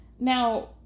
Now